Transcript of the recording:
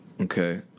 Okay